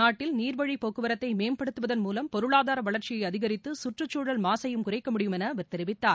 நாட்டில் நீர்வழிப் போக்குவரத்தை மேம்படுத்துவதன் மூலம் பொருளாதார வளர்ச்சியை அதிகரித்து சுற்றுச்சூழல் மாசையும் குறைக்க முடியும் என அவர் தெரிவித்தார்